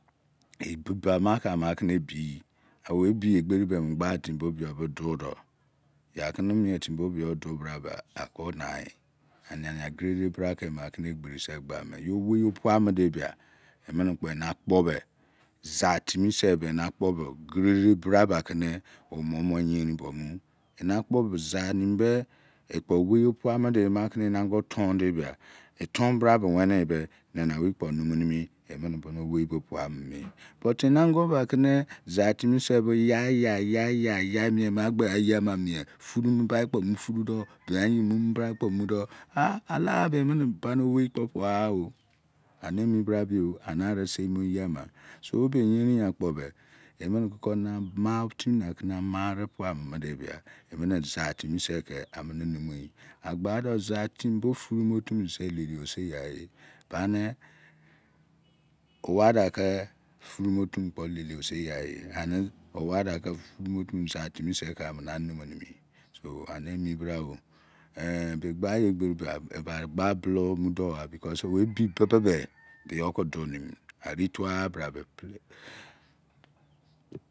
Bii bebe ama ka kene ebiyi owe i egberi mini emie gba ba kubo biyo dudo ya ke ne mie timi bo biyo du bra be ke egbe ri minise gba me yo owei opua mude bia emene mene kpo ena kpo be zantimise be ena kpo be gerede bra bake e omomo be eyierin bo mu ena kpo zamimi be ekpo owei opuamune bia eton bra be weni be nana owei kpo nimi nimi emene boni owei bo pua nei mimi but ena gobe akene zatimi be yai yai yai mie ma gbe gha eyi mini mie beu mu bai kpi fru do biaryi mumubra kpo mudi aha ala bo emene bane owei kpo pua gha o ani emi bra biyo ani kresei mo eyi ama so obe eyerin akpo emene koko ne ama otimi na ke ama are pua mo mude bia emene zatimim se ke amene nimiyi agbadi zatimim bo fru mu otu mini liliosigha ye ba ne owadake fru muo time ne liliosigha ye ani owadake fru muo otu mene amene zatimim ke amene animimini so ani emi brao egu be gbaiyi egberi be bari gba bulo omu dogha bea use owe i be e be biyo ke do nini ari tua bra be